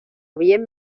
bien